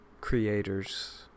creators